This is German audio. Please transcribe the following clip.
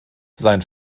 sein